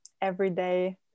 everyday